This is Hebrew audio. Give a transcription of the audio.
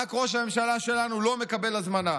רק ראש הממשלה שלנו לא מקבל הזמנה.